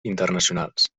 internacionals